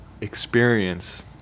experience